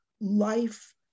life